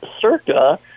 Circa